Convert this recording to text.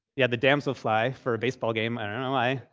you had the damsel fly for a baseball game. and and i